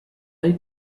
they